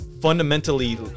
fundamentally